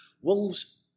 Wolves